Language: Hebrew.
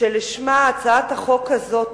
שלשמה היא הוצעה,